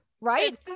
right